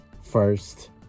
first